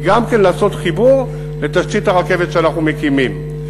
גם כן לעשות חיבור לתשתית הרכבת שאנחנו מקימים.